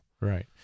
Right